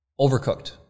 Overcooked